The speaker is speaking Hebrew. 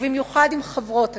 ובמיוחד עם חברות הכנסת.